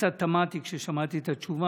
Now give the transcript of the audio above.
קצת תמהתי כששמעתי את התשובה,